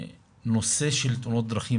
נושא של תאונות דרכים,